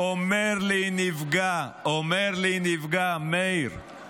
שר הביטחון יודע, אומר לי נפגע, נפגע